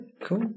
cool